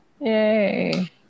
Yay